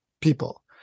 people